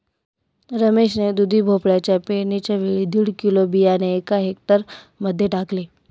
रमेश ने दुधी भोपळ्याच्या पेरणीच्या वेळी दीड किलो बियाणे एका हेक्टर मध्ये टाकले